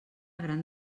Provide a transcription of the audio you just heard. gran